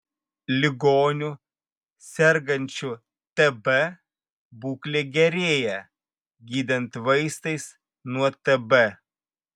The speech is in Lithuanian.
ligonių sergančių tb būklė gerėja gydant vaistais nuo tb